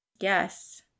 Yes